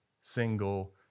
single